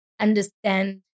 understand